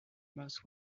most